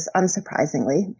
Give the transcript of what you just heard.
unsurprisingly